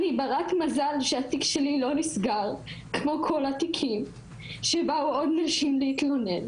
אני ברת מזל שהתיק שלי לא נסגר כמו כל התיקים שבאו עוד נשים להתלונן.